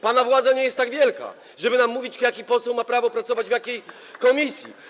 Pana władza nie jest tak wielka, żeby nam mówić, jaki poseł ma prawo pracować w jakiej komisji.